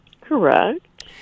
correct